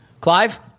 Clive